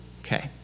Okay